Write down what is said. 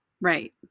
Right